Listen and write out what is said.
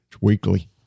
Weekly